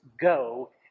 go